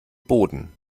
boden